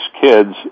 kids